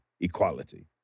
equality